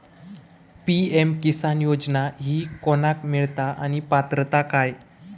PM Kisan योजना ही कोणाक मिळता आणि पात्रता काय?